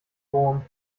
wurm